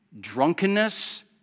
drunkenness